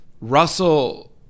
Russell